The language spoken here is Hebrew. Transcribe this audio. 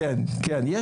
זה